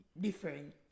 different